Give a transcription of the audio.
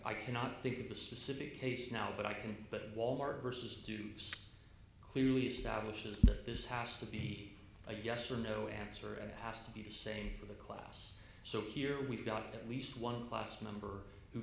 i cannot think of a specific case now but i can but walmart versus juice clearly establishes that this has to be a yes or no answer and it has to be the same for the class so here we've got at least one class number who